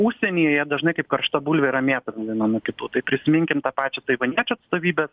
užsienyje jie dažnai kaip karšta bulvė yra mėtomi viena nuo kitų tai prisiminkim tą pačią taivaniečių atstovybės